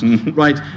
Right